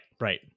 Right